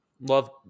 Love